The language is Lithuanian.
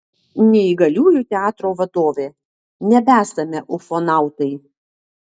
neįgaliųjų teatro vadovė nebesame ufonautai